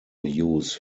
use